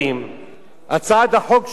הצעת חוק שלי שמעמד